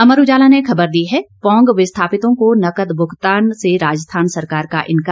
अमर उजाला ने खबर दी है पौंग विस्थापितों को नकद भुगतान से राजस्थान सरकार का इंकार